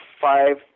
five